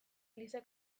eliza